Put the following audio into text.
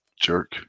jerk